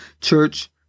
Church